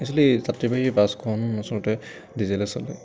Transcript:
actually যাত্ৰ্ৰীবাহী বাছখন আচলতে ডিজেলে চলে